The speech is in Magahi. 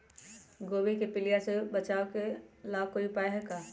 गोभी के पीलिया से बचाव ला कोई उपाय है का?